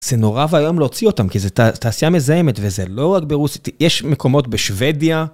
זה נורא ואיום להוציא אותם, כי זו תעשייה מזהמת, וזה לא רק ברוסית, יש מקומות בשוודיה.